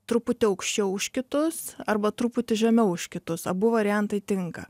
truputį aukščiau už kitus arba truputį žemiau už kitus abu variantai tinka